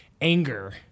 anger